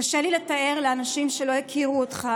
קשה לי לתאר לאנשים שלא הכירו אותך